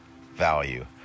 value